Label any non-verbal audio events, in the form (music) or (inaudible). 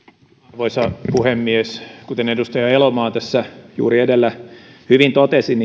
arvoisa puhemies kuten edustaja elomaa tässä juuri edellä hyvin totesi (unintelligible)